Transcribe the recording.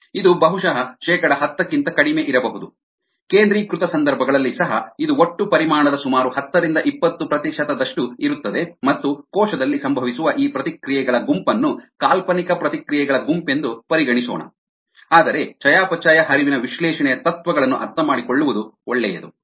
ಇದು ಬಹುಶಃ ಶೇಕಡಾ ಹತ್ತಕ್ಕಿಂತ ಕಡಿಮೆಯಿರಬಹುದು ಕೇಂದ್ರೀಕೃತ ಸಂದರ್ಭಗಳಲ್ಲಿ ಸಹ ಇದು ಒಟ್ಟು ಪರಿಮಾಣದ ಸುಮಾರು ಹತ್ತರಿಂದ ಇಪ್ಪತ್ತು ಪ್ರತಿಶತದಷ್ಟು ಇರುತ್ತದೆ ಮತ್ತು ಕೋಶದಲ್ಲಿ ಸಂಭವಿಸುವ ಈ ಪ್ರತಿಕ್ರಿಯೆಗಳ ಗುಂಪನ್ನು ಕಾಲ್ಪನಿಕ ಪ್ರತಿಕ್ರಿಯೆಗಳ ಗುಂಪೆಂದು ಪರಿಗಣಿಸೋಣ ಆದರೆ ಚಯಾಪಚಯ ಹರಿವಿನ ವಿಶ್ಲೇಷಣೆಯ ತತ್ವಗಳನ್ನು ಅರ್ಥಮಾಡಿಕೊಳ್ಳುವುದು ಒಳ್ಳೆಯದು